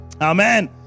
Amen